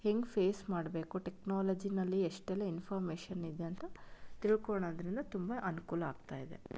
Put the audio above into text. ಹೇಗೆ ಫೇಸ್ ಮಾಡಬೇಕು ಟೆಕ್ನಾಲಜಿನಲ್ಲಿ ಎಷ್ಟೆಲ್ಲ ಇನ್ಫಾರ್ಮೇಷನ್ ಇದೆ ಅಂತ ತಿಳ್ಕೊಳೋದ್ರಿಂದ ತುಂಬ ಅನುಕೂಲ ಆಗ್ತಾ ಇದೆ